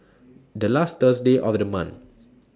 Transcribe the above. The last Thursday of The month